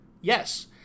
Yes